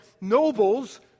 Nobles